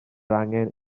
angen